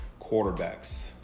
quarterbacks